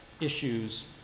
issues